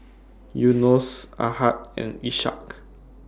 Yunos Ahad and Ishak